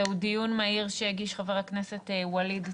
זהו דיון מהיר שהגיש חבר הכנסת ווליד טאהא.